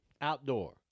Outdoor